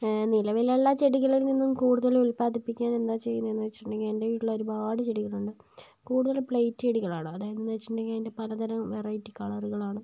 നിലവിലുള്ള ചെടികളിൽ നിന്നും കൂടുതൽ ഉൽപാദിപ്പിക്കാൻ എന്താ ചെയ്യുന്നത് എന്ന് വെച്ചിട്ടുണ്ടങ്കിൽ എൻ്റെ വീട്ടിൽ ഒരുപാട് ചെടികൾ ഉണ്ട് കുടുതലും പ്ലേറ്റ് ചെടികൾ ആണ് അതായത് എന്ന് വെച്ചിട്ടുണ്ടെങ്കിൽ പല തരം വെറൈറ്റി കളറുകളാണ്